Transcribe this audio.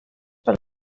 per